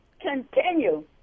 continue